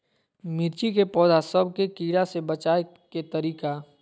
मिर्ची के पौधा सब के कीड़ा से बचाय के तरीका?